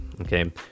okay